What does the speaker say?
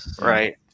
Right